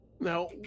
Now